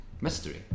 mystery